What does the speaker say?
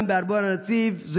וגם בארמון הנציב.